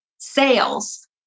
Sales